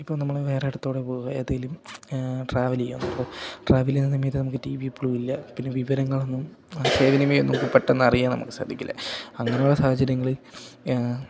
ഇപ്പം നമ്മൾ വേറെ അടുത്തുകൂടെ പോകുമ്പോൾ ഏതെങ്കിലും ട്രാവല് ചെയ്യാണ് അപ്പോൾ ട്രാവല് ചെയ്യുന്ന സമയത്ത് നമുക്ക് ടി വി എപ്പളും ഇല്ല പിന്നെ വിവരങ്ങളൊന്നും ആശയവിനിമയം ഒന്നും പെട്ടെന്ന് അറിയാൻ നമുക്ക് സാധിക്കില്ല അങ്ങനെയുള്ള സാഹചര്യങ്ങളിൽ